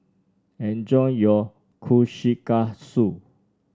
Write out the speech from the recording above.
enjoy your Kushikatsu